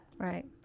Right